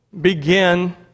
begin